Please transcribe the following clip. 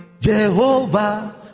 Jehovah